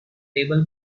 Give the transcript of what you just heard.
table